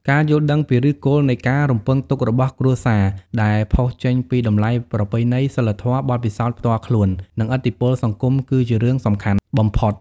ការយល់ដឹងពីឫសគល់នៃការរំពឹងទុករបស់គ្រួសារ ដែលផុសចេញពី តម្លៃប្រពៃណី សីលធម៌ បទពិសោធន៍ផ្ទាល់ខ្លួន និងឥទ្ធិពលសង្គម គឺជារឿងសំខាន់បំផុត។